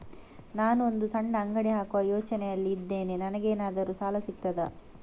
ನಾನು ಒಂದು ಸಣ್ಣ ಅಂಗಡಿ ಹಾಕುವ ಯೋಚನೆಯಲ್ಲಿ ಇದ್ದೇನೆ, ನನಗೇನಾದರೂ ಸಾಲ ಸಿಗ್ತದಾ?